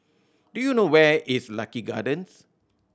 do you know where is Lucky Gardens